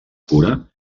pura